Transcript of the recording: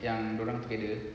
yang dorang together